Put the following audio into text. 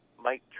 Mike